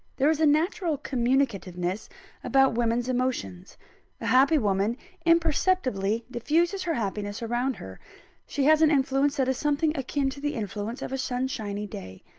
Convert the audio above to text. there is a natural communicativeness about women's emotions. a happy woman imperceptibly diffuses her happiness around her she has an influence that is something akin to the influence of a sunshiny day.